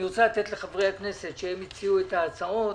אני רוצה לתת לחברי הכנסת שהציעו את ההצעות.